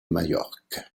majorque